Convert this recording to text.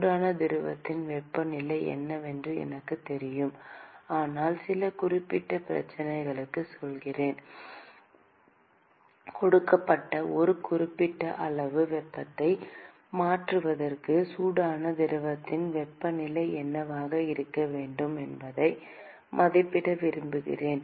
சூடான திரவத்தின் வெப்பநிலை என்னவென்று எனக்குத் தெரியும் ஆனால் சில குறிப்பிட்ட பிரச்சனைகளுக்குச் சொல்கிறேன் கொடுக்கப்பட்ட ஒரு குறிப்பிட்ட அளவு வெப்பத்தை மாற்றுவதற்கு சூடான திரவத்தின் வெப்பநிலை என்னவாக இருக்க வேண்டும் என்பதை மதிப்பிட விரும்புகிறேன்